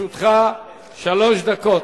לרשותך שלוש דקות.